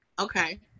Okay